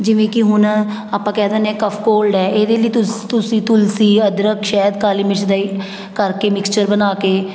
ਜਿਵੇਂ ਕਿ ਹੁਣ ਆਪਾਂ ਕਹਿ ਦਿੰਦੇ ਹਾਂ ਕੱਫ਼ ਕੋਲਡ ਹੈ ਇਹਦੇ ਲਈ ਤੁਸ ਤੁਸੀਂ ਤੁਲਸੀ ਅਦਰਕ ਸ਼ਹਿਦ ਕਾਲੀ ਮਿਰਚ ਦਾ ਹੀ ਕਰਕੇ ਮਿਕਚਰ ਬਣਾ ਕੇ